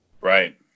right